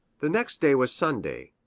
the next day was sunday,